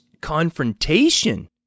confrontation